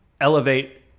elevate